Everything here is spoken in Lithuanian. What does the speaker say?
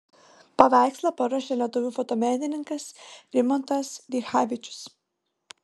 paveikslą paruošė lietuvių fotomenininkas rimantas dichavičius